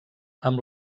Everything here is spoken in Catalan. amb